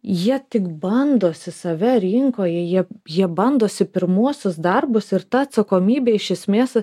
jie tik bandosi save rinkoje jie jie bandosi pirmuosius darbus ir ta atsakomybė iš esmės